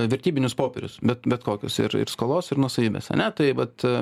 vertybinius popierius bet bet kokius ir ir skolos ir nuosavybės ane tai vat